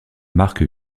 marque